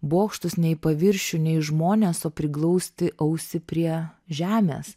bokštus ne į paviršių ne į žmones o priglausti ausį prie žemės